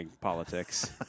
politics